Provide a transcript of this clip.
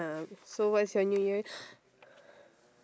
uh so what's your new year